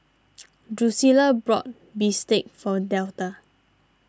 Drucilla bought Bistake for Delta